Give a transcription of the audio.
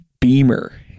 beamer